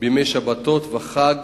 בימי שבת וחג,